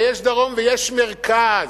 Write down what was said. ויש דרום ויש מרכז.